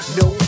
no